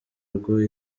rwo